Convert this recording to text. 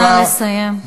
נא לסיים.